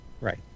Right